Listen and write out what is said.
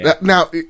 Now